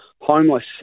homeless